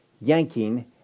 yanking